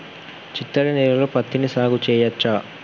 చిత్తడి నేలలో పత్తిని సాగు చేయచ్చా?